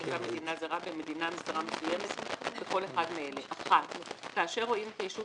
תושב מדינה זרה במדינה זרה מסוימת בכל אחד מאלה: כאשר רואים את הישות